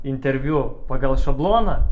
interviu pagal šabloną